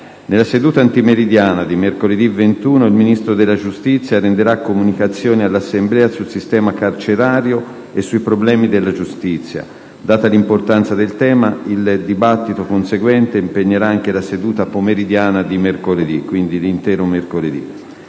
Nella seduta antimeridiana di mercoledì 21, il Ministro della giustizia renderà comunicazioni all'Assemblea sul sistema carcerario e sui problemi della giustizia. Data 1'importanza del tema, il dibattito conseguente impegnerà anche la seduta pomeridiana di mercoledì. Il calendario dei